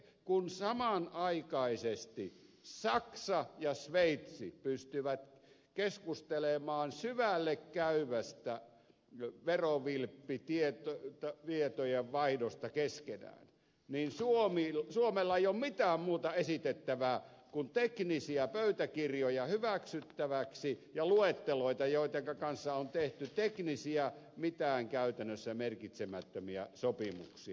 kun samanaikaisesti saksa ja sveitsi pystyvät keskustelemaan syvällekäyvästä verovilppitietojenvaihdosta keskenään niin suomella ei ole mitään muuta esitettävää kuin teknisiä pöytäkirjoja hyväksyttäväksi ja luetteloita joittenka kanssa on tehty teknisiä käytännössä mitään merkitsemättömiä sopimuksia